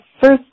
first